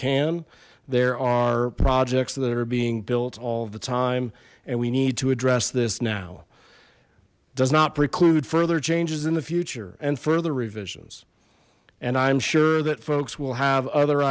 can there are projects that are being built all the time and we need to address this now does not preclude further changes in the future and further revisions and i'm sure that folks will have other